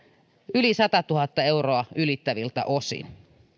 yli satatuhatta euroa ylittäviltä osin